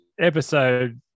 episode